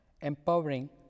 empowering